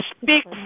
Speak